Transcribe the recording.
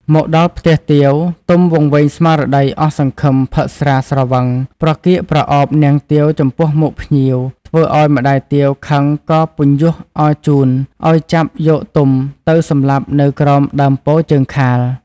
មកដល់ផ្ទះទាវ ទុំវង្វេងស្មារតីអស់សង្ឃឹមផឹកស្រាស្រវឹង ប្រកៀកប្រឱបនាងទាវចំពោះមុខភ្ញៀវ ធ្វើឲ្យម្តាយទាវខឹងក៏ពន្យូសអរជូនឲ្យចាប់យកទុំទៅសម្លាប់នៅក្រោមដើមពោធិ៍ជើងខាល។